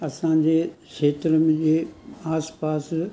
असांजे खेत्र में आसिपासि